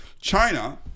China